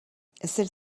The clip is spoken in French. celle